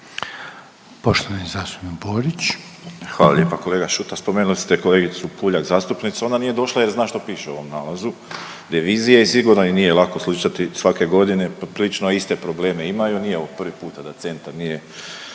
**Borić, Josip (HDZ)** Hvala lijepa kolega Šuta, spomenuli ste kolegicu Puljak zastupnicu, ona nije došla jer zna što piše u ovom nalazu revizije i sigurno joj nije lako slušati svake godine poprilično iste probleme imaju, nije ovo prvi puta da Centar nije